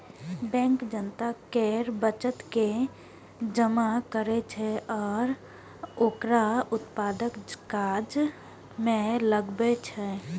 bank जनता केर बचत के जमा करै छै आ ओकरा उत्पादक काज मे लगबै छै